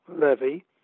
levy